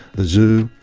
the zoo,